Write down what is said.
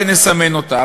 ונסמן אותה,